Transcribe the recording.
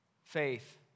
faith